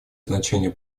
значение